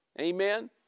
amen